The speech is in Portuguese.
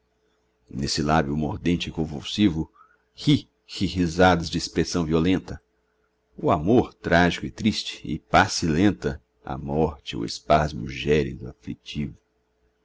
nesse lábio mordente e convulsivo ri ri risadas de expressão violenta o amor trágico e triste e passe lenta a morte o espasmo gélido aflitivo